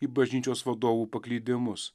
į bažnyčios vadovų paklydimus